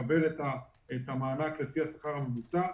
יקבל את המענק לפי השכר הממוצע,